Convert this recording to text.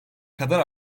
kadar